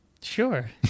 Sure